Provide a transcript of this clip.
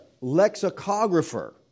lexicographer